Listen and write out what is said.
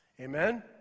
Amen